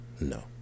No